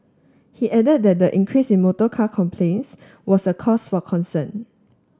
he added that the increase in motorcar complaints was a cause for concern